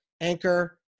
Anchor